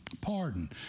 Pardon